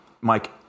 Mike